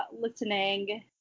listening